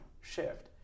shift